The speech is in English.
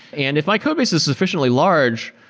and if my codebase is sufficiently large,